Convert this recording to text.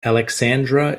alexandra